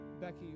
Becky